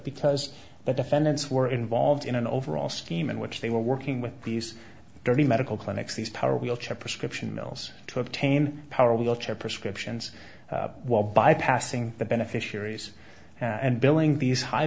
because the defendants were involved in an overall scheme in which they were working with police during medical clinics these power wheelchair prescription mills to obtain power wheelchair prescriptions while bypassing the beneficiaries and billing these high